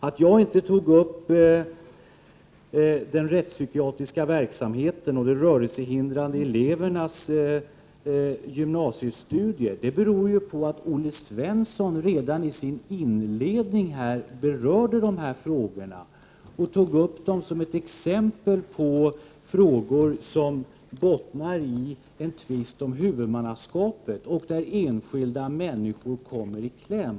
Att jag inte tog upp den rättspsykiatriska verksamheten och de rörelsehindrade elevernas gymnasiestudier beror ju på att Olle Svensson redan ii sin inledning berörde dessa frågor. Han tog upp dem som ett exempel på frågor som bottnar i en tvist om huvudmannaskapet, varvid enskilda människor kommer i kläm.